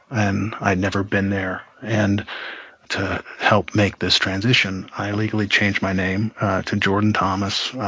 and i'd never been there. and to help make this transition, i legally changed my name to jordan thomas.